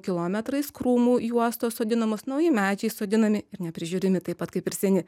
kilometrais krūmų juostos sodinamos nauji medžiai sodinami ir neprižiūrimi taip pat kaip ir seni